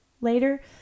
later